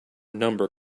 number